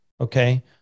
okay